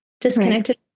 disconnected